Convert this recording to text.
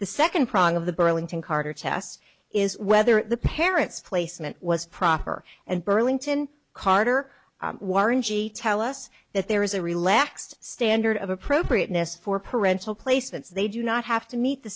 the second prong of the burlington carter test is whether the parents placement was proper and burlington carter warren g tell us that there is a relaxed standard of appropriateness for parental placements they do not have to meet the